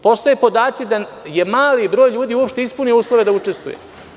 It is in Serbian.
Postoje podaci da je mali broj ljudi uopšte ispunio uslove da učestvuju.